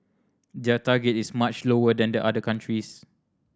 their target is much lower than the other countries